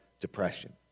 depression